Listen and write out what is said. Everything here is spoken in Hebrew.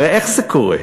הרי איך זה קורה?